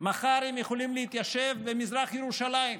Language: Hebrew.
מחר הם יכולים להתיישב במזרח ירושלים,